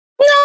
No